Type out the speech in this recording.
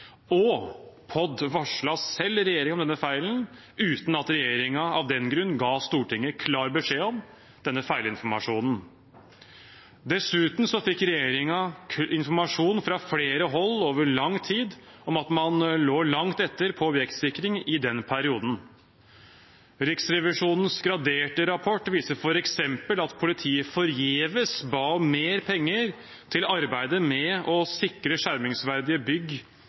Og: POD varslet selv regjeringen om denne feilen, uten at regjeringen av den grunn ga Stortinget klar beskjed om denne feilinformasjonen. Dessuten fikk regjeringen informasjon fra flere hold over lang tid om at man lå langt etter i objektsikring i den perioden. Riksrevisjonens graderte rapport viser f.eks. at politiet forgjeves ba om mer penger til arbeidet med å sikre skjermingsverdige bygg